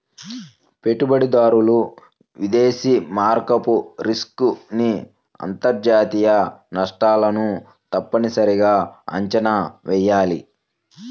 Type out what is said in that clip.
పెట్టుబడిదారులు విదేశీ మారకపు రిస్క్ ని అంతర్జాతీయ నష్టాలను తప్పనిసరిగా అంచనా వెయ్యాలి